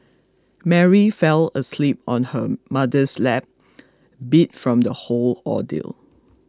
Mary fell asleep on her mother's lap beat from the whole ordeal